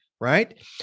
right